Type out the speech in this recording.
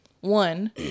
one